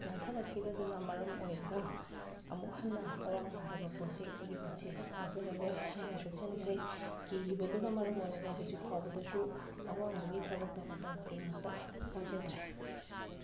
ꯅꯥꯟꯊꯔꯛꯈꯤꯕꯗꯨꯅ ꯃꯔꯝ ꯑꯣꯏꯔꯒ ꯑꯃꯨꯛ ꯍꯟꯅ ꯑꯋꯥꯡꯕ ꯍꯥꯏꯕ ꯄꯣꯠꯁꯤ ꯑꯩꯒꯤ ꯄꯨꯟꯁꯤꯗ ꯀꯥꯖꯔꯔꯣꯏ ꯍꯥꯏꯅꯁꯨ ꯈꯟꯈ꯭ꯔꯦ ꯀꯤꯈꯤꯕꯗꯨꯅ ꯃꯔꯝ ꯑꯣꯏꯔꯒ ꯍꯧꯖꯤꯛ ꯐꯥꯎꯕꯗꯁꯨ ꯑꯋꯥꯡꯕꯒꯤ ꯊꯕꯛꯇ ꯃꯇꯝ ꯈꯨꯗꯤꯡꯃꯛꯇ ꯀꯥꯖꯗ꯭ꯔꯦ